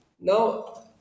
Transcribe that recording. Now